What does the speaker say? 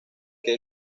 que